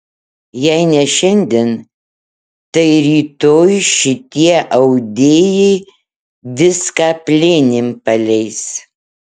jei ne šiandien tai rytoj šitie audėjai viską plėnim paleis